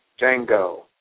Django